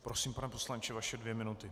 Prosím, pane poslanče, vaše dvě minuty.